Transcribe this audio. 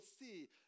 see